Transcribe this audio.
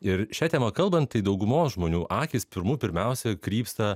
ir šia tema kalbant tai daugumos žmonių akys pirmų pirmiausia krypsta